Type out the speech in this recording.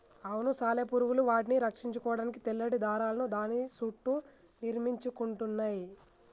అవును సాలెపురుగులు వాటిని రక్షించుకోడానికి తెల్లటి దారాలను దాని సుట్టూ నిర్మించుకుంటయ్యి